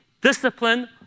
discipline